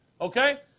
okay